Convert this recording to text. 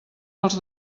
pels